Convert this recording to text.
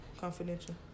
confidential